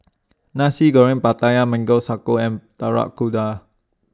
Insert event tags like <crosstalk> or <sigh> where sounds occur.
Nasi Goreng Pattaya Mango Sago and <unintelligible> Kuda